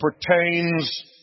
pertains